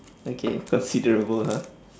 okay considerable lah